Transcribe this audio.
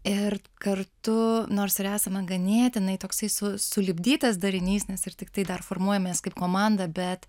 ir kartu nors ir esame ganėtinai toksai su sulipdytas darinys nes ir tiktai dar formuojamės kaip komanda bet